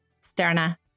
Sterna